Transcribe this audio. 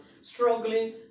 struggling